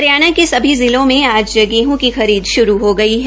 हरियाणा के सभी जिलों में आज गेहं की खरीद शुरू हो गई है